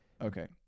Okay